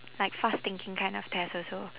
like fast thinking kind of test also